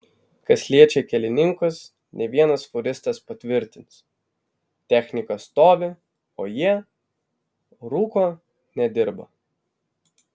kas liečia kelininkus ne vienas fūristas patvirtins technika stovi o jie rūko nedirba